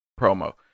promo